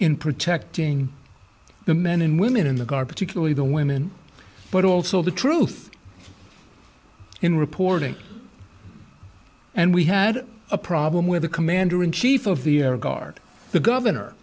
in protecting the men and women in the garbage security the women but also the truth in reporting and we had a problem where the commander in chief of the guard the governor